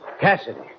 Cassidy